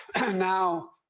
Now